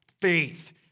faith